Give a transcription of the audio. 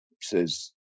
says